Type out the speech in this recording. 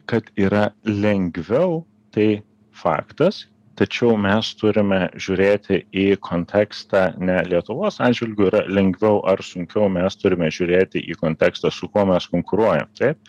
kad yra lengviau tai faktas tačiau mes turime žiūrėti į kontekstą ne lietuvos atžvilgiu yra lengviau ar sunkiau mes turime žiūrėti į kontekstą su kuo mes konkuruojam taip